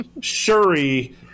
Shuri